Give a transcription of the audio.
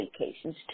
vacations